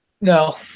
No